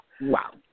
Wow